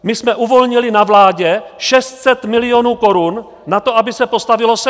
My jsme uvolnili na vládě 600 milionů korun na to, aby se postavilo SEFO.